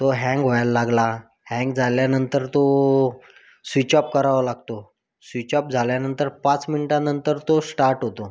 तो हँग व्हायला लागला हँग झाल्यानंतर तो स्विच ऑप करावा लागतो स्विच ऑप झाल्यानंतर पाच मिनिटानंतर तो स्टार्ट होतो